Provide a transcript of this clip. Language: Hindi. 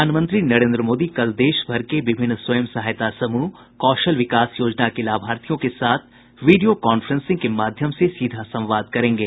प्रधानमंत्री नरेन्द्र मोदी कल देश भर के विभिन्न स्वयं सहायता समूह और कौशल विकास योजना के लाभर्थियों के साथ वीडियो कॉफ्रेंसिंग के माध्यम से सीधा संवाद करेंगे